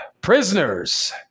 Prisoners